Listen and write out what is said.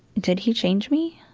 did he change me?